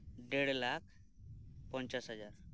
ᱰᱮᱲ ᱞᱟᱠᱷ ᱯᱚᱧᱪᱟᱥ ᱦᱟᱡᱟᱨ